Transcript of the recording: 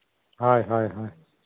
ᱦᱳᱭ ᱦᱳᱭ ᱦᱳᱭ